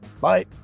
Bye